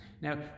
Now